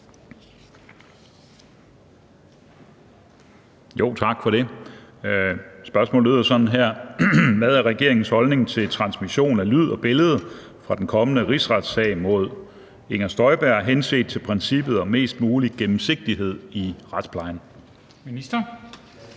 Tak for det. Spørgsmålet lyder: Hvad er regeringens holdning til transmission af lyd og billede fra den kommende rigsretssag mod Inger Støjberg henset til princippet om mest mulig gennemsigtighed i retsplejen? Kl.